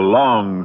long